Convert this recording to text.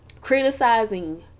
criticizing